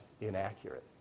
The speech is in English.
inaccurate